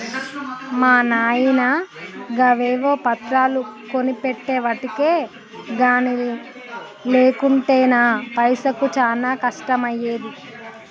మా నాయిన గవేవో పత్రాలు కొనిపెట్టెవటికె గని లేకుంటెనా పైసకు చానా కష్టమయ్యేది